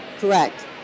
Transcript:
Correct